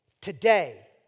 Today